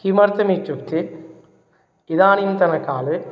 किमर्थमित्युक्ते इदानीन्तनकाले